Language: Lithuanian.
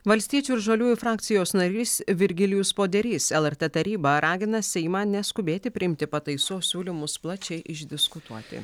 valstiečių ir žaliųjų frakcijos narys virgilijus poderys lrt taryba ragina seimą neskubėti priimti pataisų o siūlymus plačiai išdiskutuoti